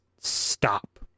stop